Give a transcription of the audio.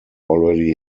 already